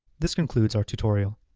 this concludes our tutorial.